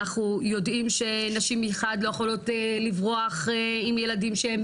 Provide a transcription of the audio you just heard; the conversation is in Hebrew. אנחנו יודעים שנשים מחד לא יכולות לברוח עם ילדים שהם